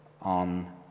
On